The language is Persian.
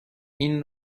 این